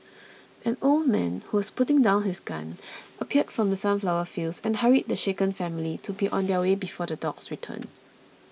an old man who was putting down his gun appeared from the sunflower fields and hurried the shaken family to be on their way before the dogs return